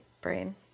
brain